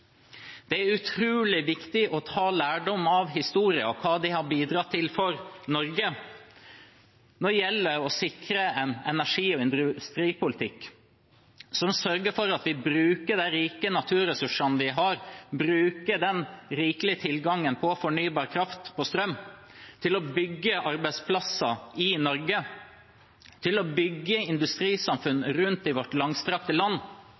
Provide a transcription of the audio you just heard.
Det er utrolig viktig å ta lærdom av historien og hva det har bidratt til for Norge når det gjelder å sikre en energi- og industripolitikk som sørger for at vi bruker de rike naturressursene vi har – bruker den rikelige tilgangen på fornybar kraft og strøm – til å bygge arbeidsplasser i Norge, til å bygge industrisamfunn rundt i vårt langstrakte land,